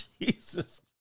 Jesus